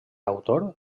autor